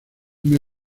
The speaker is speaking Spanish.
una